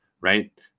right